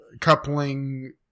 coupling